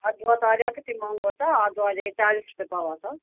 अदुवा त अलिकति महँगो छ अदुवा अहिले चालिस रुपियाँ पावा छ